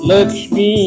Lakshmi